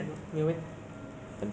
err